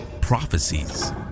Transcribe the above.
prophecies